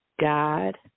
God